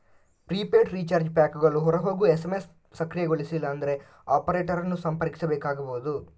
prepaid recharge ಪ್ಯಾಕುಗಳು ಹೊರ ಹೋಗುವ ಎಸ್.ಎಮ್.ಎಸ್ ಸಕ್ರಿಯಗೊಳಿಸಿಲ್ಲ ಅಂದ್ರೆ ಆಪರೇಟರ್ ಅನ್ನು ಸಂಪರ್ಕಿಸಬೇಕಾಗಬಹುದು